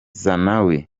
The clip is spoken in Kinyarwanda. zenawi